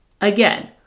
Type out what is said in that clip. Again